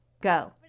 go